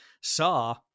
saw